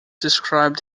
described